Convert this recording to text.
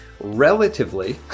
relatively